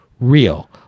real